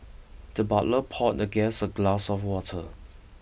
the butler poured the guest a glass of water